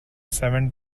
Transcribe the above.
seven